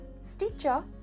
Stitcher